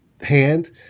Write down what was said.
hand